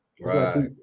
Right